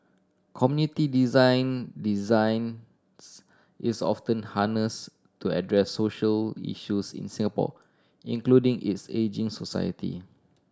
community design designs is often harnessed to address social issues in Singapore including its ageing society